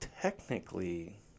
technically